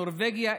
נורבגיה,